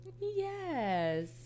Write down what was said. yes